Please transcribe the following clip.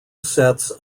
sets